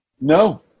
No